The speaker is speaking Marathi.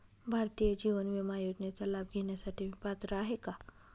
भारतीय जीवन विमा योजनेचा लाभ घेण्यासाठी मी पात्र आहे का?